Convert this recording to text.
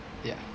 yeah